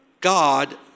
God